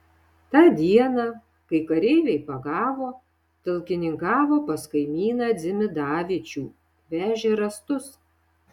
tą dieną kai kareiviai pagavo talkininkavo pas kaimyną dzimidavičių vežė rąstus